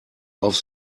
auf